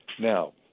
Now